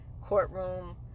courtroom